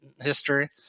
history